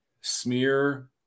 smear